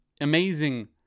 amazing